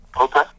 okay